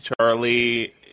Charlie